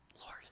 Lord